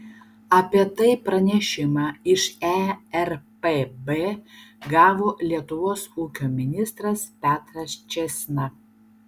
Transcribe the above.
apie tai pranešimą iš erpb gavo lietuvos ūkio ministras petras čėsna